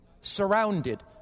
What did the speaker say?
surrounded